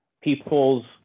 people's